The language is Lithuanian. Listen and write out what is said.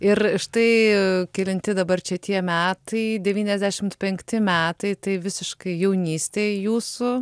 ir štai kelinti dabar čia tie metai devyniasdešimt penkti metai tai visiškai jaunystėj jūsų